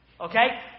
Okay